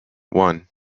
one